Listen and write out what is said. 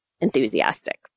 enthusiastic